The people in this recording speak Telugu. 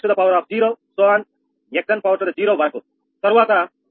xn వరకు తరువాత y2 − 𝑓2x1 x2